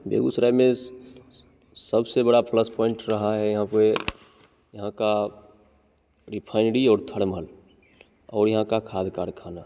बेगुसराय में सबसे बड़ा प्लस पॉइंट रहा है यहाँ पे यहाँ की रिफाईनरी और थर्मल और यहाँ का खाद कारख़ाना